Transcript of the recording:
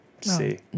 see